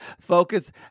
Focus